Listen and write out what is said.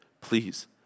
please